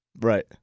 Right